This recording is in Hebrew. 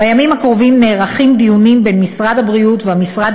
בימים הקרובים נערכים דיונים בין משרד הבריאות והמשרד